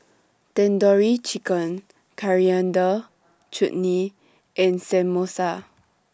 Tandoori Chicken Coriander Chutney and Samosa